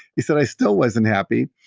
he said, i still wasn't happy.